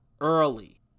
early